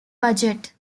budget